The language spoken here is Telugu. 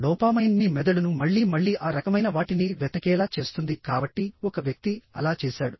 డోపామైన్ మీ మెదడును మళ్లీ మళ్లీ ఆ రకమైన వాటిని వెతకేలా చేస్తుంది కాబట్టి ఒక వ్యక్తి అలా చేశాడు